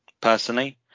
personally